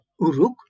Uruk